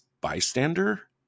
bystander